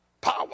power